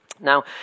Now